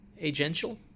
agential